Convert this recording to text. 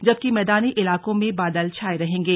जबकि मैदानी इलाकों में बादल छाए रहेंगे